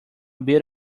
bit